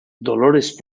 dolores